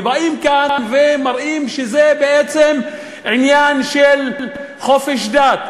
ובאים כאן ומראים שזה בעצם עניין של חופש דת.